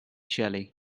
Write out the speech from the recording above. jelly